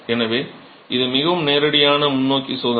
எனவே இது மிகவும் நேரடியான முன்னோக்கி சோதனை